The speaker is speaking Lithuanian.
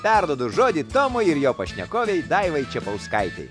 perduodu žodį tomui ir jo pašnekovei daivai čepauskaitei